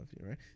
right